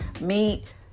meat